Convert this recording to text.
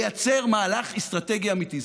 לייצר מהלך אסטרטגי אמיתי.